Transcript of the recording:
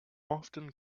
often